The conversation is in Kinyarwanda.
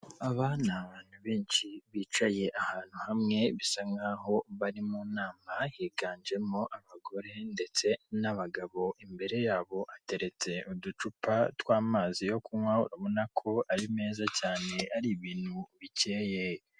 Aba ni abantu benshi bicaye ahantu hamwe bisa nk'aho bari mu nama higanjemo abagore ndetse n'abagabo imbere yabo ateretse uducupa tw'amazi yo kunywa urabona ko ari meza cyane ari ibintu bikeye.